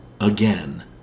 again